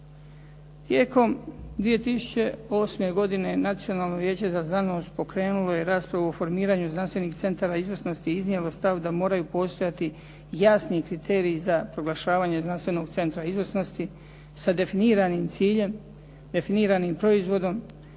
Tijekom 2008. godine Nacionalno vijeće za znanost pokrenulo je raspravu o formiranju znanstvenih centara izvrsnosti i iznijelo stav da moraju postojati jasni kriteriji za proglašavanje znanstvenog centra izvrsnosti sa definiranim ciljem,